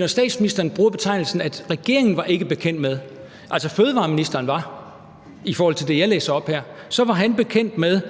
er. Statsministeren bruger betegnelsen, at »regeringen var ikke bekendt med«, men altså, det var fødevareministeren. I forhold til det, jeg læser op her, var han bekendt med,